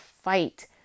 fight